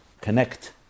connect